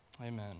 Amen